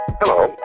Hello